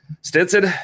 Stinson